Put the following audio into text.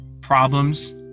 problems